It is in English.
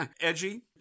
Edgy